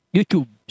YouTube